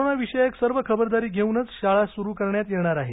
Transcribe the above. कोरोनाविषयक सर्व खबरदारी घेऊनच शाळा सूरू करण्यात येणार आहेत